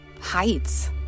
Heights